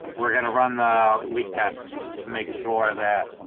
we're gonna run the leak test to make sure that